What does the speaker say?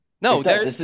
No